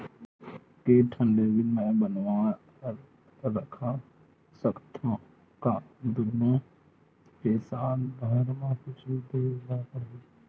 के ठन डेबिट मैं बनवा रख सकथव? का दुनो के साल भर मा कुछ दे ला पड़ही?